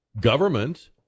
government